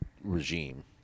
regime